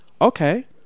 okay